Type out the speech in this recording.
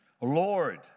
Lord